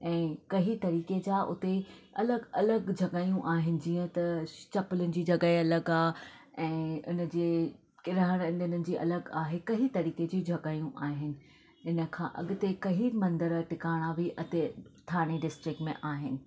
ऐं कंहिं तरिक़े जा हुते अलॻि अलॻि जॻहयूं आहिनि जीअं त चप्पलनि जी जॻहि अलॻि आहे ऐं हिनजे किरयाणनि हिननि जी अलॻि आहे कंहिं तरिक़े जूं जॻहयूं आहिनि हिन खां अॻिते कंहिं मंदर टिकाणा बि हिते थाणे डिस्ट्रिक में आहिनि